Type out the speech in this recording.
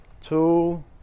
two